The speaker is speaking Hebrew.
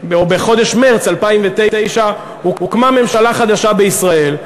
או בחודש מרס 2009, הוקמה ממשלה חדשה בישראל.